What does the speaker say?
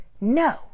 no